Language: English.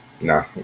Nah